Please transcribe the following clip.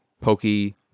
Pokey